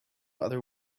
other